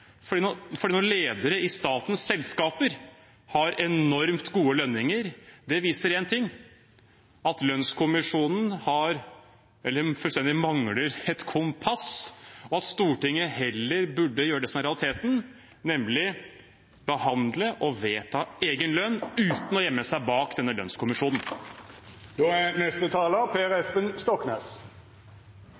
fordi noen ledere i statens selskaper har enormt gode lønninger. Det viser én ting: at lønnskommisjonen fullstendig mangler kompass, og at Stortinget heller burde gjøre det som er realiteten, nemlig behandle og vedta egen lønn uten å gjemme seg bak denne lønnskommisjonen.